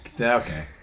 Okay